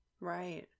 Right